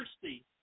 thirsty